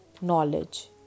knowledge